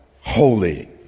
holy